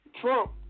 Trump